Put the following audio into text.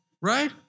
Right